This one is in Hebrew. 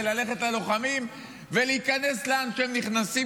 ללכת ללוחמים ולהיכנס לאן שהם נכנסים